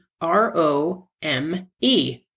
R-O-M-E